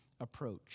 approach